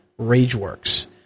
RageWorks